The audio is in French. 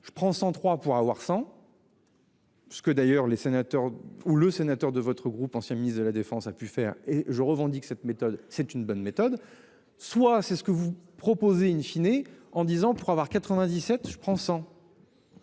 je prends 103 pour avoir 100. Ce que d'ailleurs les sénateurs ou le sénateur de votre groupe, ancien ministre de la Défense a pu faire et je revendique cette méthode, c'est une bonne méthode. Soit c'est ce que vous proposez une fine et en disant pour avoir 97 je prends sans.